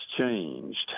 changed